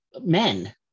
men